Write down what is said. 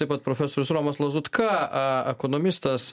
taip pat profesorius romas lazutka a ekonomistas